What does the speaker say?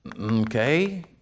Okay